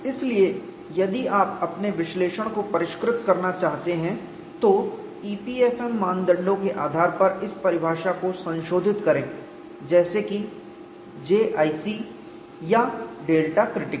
इसलिए यदि आप अपने विश्लेषण को परिष्कृत करना चाहते हैं तो EPFM मापदंडों के आधार पर इस परिभाषा को संशोधित करें जैसे कि JIC या डेल्टा क्रिटिकल